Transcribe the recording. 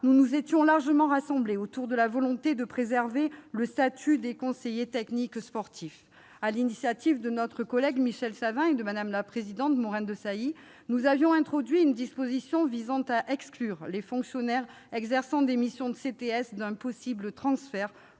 nous nous étions largement rassemblés autour de la volonté de préserver le statut des conseillers techniques sportifs. Sur l'initiative de nos collègues Michel Savin et Catherine Morin-Desailly, nous avions introduit une disposition visant à exclure les fonctionnaires exerçant des missions de CTS d'un possible transfert